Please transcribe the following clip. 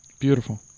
Beautiful